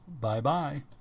Bye-bye